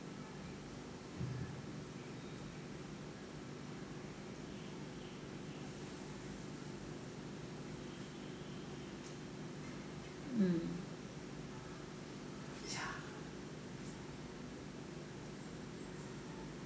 mm